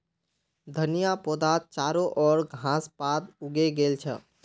धनिया पौधात चारो ओर घास पात उगे गेल छ